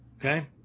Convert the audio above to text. Okay